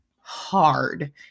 hard